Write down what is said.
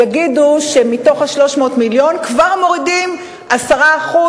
יגידו שמתוך 300 המיליון כבר מורידים 10%